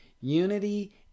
unity